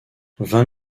vingt